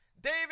David